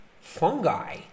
Fungi